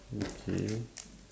okay